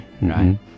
right